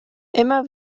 immer